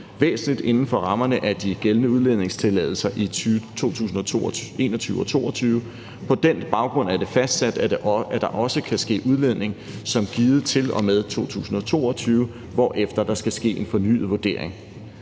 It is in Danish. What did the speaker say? væsentligt inden for rammerne af de gældende udledningstilladelser i 2021 og 2022. På den baggrund er det fastsat, at der også kan ske udledning som givet til og med 2022, hvorefter der skal ske en fornyet vurdering.